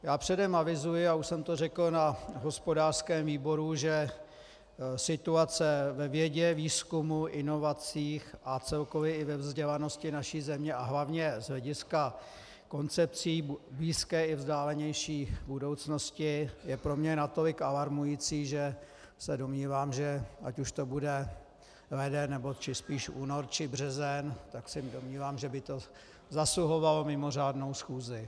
Já předem avizuji, a už jsem to řekl na hospodářském výboru, že situace ve vědě, výzkumu, inovacích a celkově i ve vzdělanosti naší země a hlavně z hlediska koncepcí blízké i vzdálenější budoucnosti je pro mě natolik alarmující, že se domnívám, že ať už to bude leden, nebo či spíš únor či březen, tak se domnívám, že by to zasluhovalo mimořádnou schůzi.